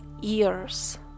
years